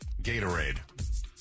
Gatorade